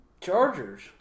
Chargers